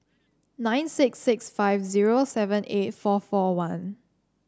nine six six five zero seven eight four four one